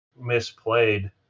misplayed